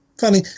funny